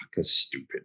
stupid